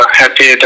happy